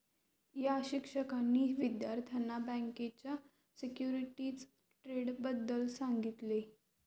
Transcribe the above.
या शिक्षकांनी विद्यार्थ्यांना बँकेच्या सिक्युरिटीज ट्रेडबद्दल सांगितले